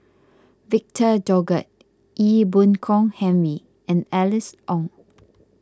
Victor Doggett Ee Boon Kong Henry and Alice Ong